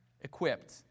equipped